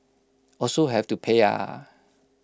also have to pay ah